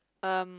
um